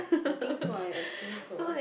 I think so I assume so